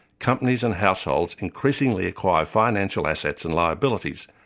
companies and households increasingly acquire financial assets and liabilities,